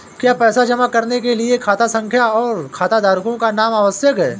क्या पैसा जमा करने के लिए खाता संख्या और खाताधारकों का नाम आवश्यक है?